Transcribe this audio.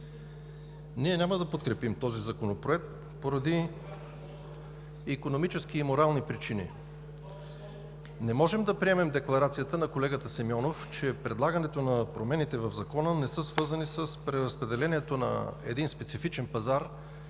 Ние няма да подкрепим този законопроект поради икономически и морални причини. Не можем да приемем декларацията на колегата Симеонов, че предлагането на промените в Закона не са свързани с преразпределението на един специфичен пазар